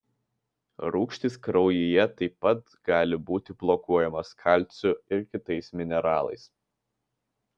rūgštys kraujyje taip pat gali būti blokuojamos kalciu ir kitais mineralais